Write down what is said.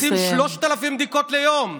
ועושים 3,000 בדיקות ליום.